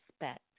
respect